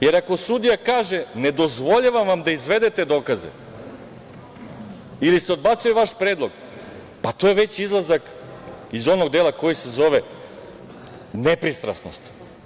Jer, ako sudija kaže – ne dozvoljavam vam da izvedete dokaze ili – odbacuje se vaš predlog, pa to je već izlazak iz onog dela koji se zove nepristrasnost.